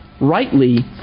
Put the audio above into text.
Rightly